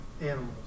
animals